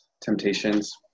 temptations